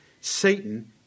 Satan